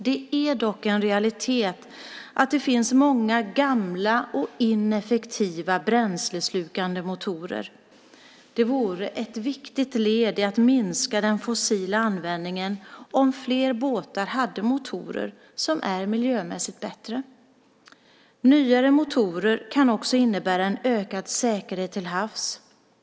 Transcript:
Det är dock en realitet att det finns många gamla och ineffektiva bränsleslukande motorer. Det vore ett viktigt led i att minska användningen av fossila bränslen om fler båtar hade motorer som är miljömässigt bättre. Nyare motorer kan också innebära en ökad säkerhet till havs.